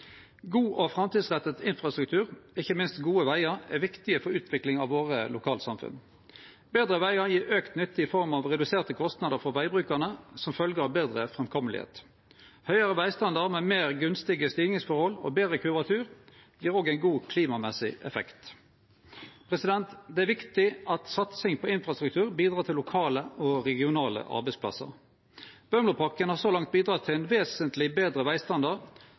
God og framtidsretta infrastruktur og ikkje minst gode vegar er viktig for utvikling av lokalsamfunna våre. Betre vegar gjev auka nytte i form av reduserte kostnader for vegbrukarane, som følgje av betre framkome. Høgare vegstandardar med meir gunstige stigningsforhold og betre kurvatur gjev òg ein god klimamessig effekt. Det er viktig at satsing på infrastruktur bidreg til lokale og regionale arbeidsplassar. Bømlopakken har så langt bidrege til ein vesentleg betre vegstandard,